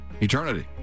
eternity